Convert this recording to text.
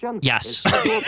Yes